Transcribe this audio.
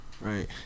right